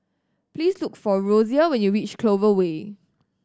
please look for Rosia when you reach Clover Way